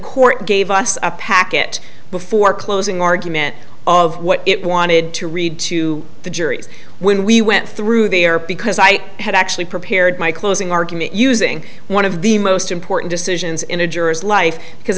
court gave us a packet before closing argument of what it wanted to read to the jury when we went through there because i had actually prepared my closing argument using one of the most important decisions in a juror's life because